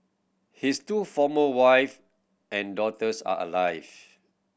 his two former wife and daughters are alive